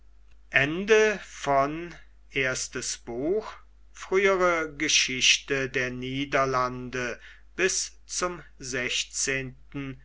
v frühere geschichte der niederlande bis zum sechzehnten